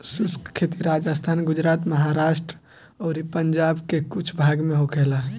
शुष्क खेती राजस्थान, गुजरात, महाराष्ट्र अउरी पंजाब के कुछ भाग में होखेला